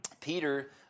Peter